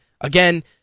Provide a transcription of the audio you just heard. again